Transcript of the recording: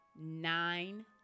nine